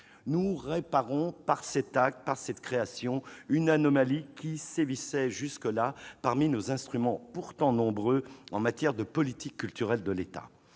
Nous réparons, par cet acte, par cette création, une anomalie qui sévissait jusque-là parmi nos instruments, pourtant nombreux, de la politique culturelle de l'État.